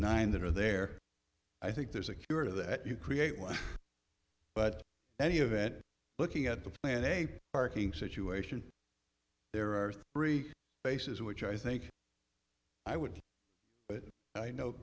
nine that are there i think there's a cure that you create but any event looking at the plan a parking situation there are three bases which i think i would but i know